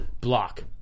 block